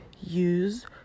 use